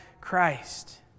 Christ